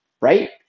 right